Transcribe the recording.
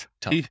tell